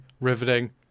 riveting